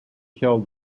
kill